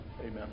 Amen